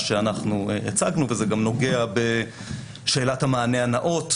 שאנחנו הצגנו וזה גם נוגע בשאלת המענה הנאות,